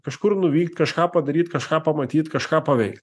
kažkur nuvykt kažką padaryt kažką pamatyt kažką paveikt